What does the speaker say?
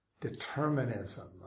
determinism